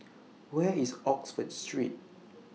Where IS Oxford Street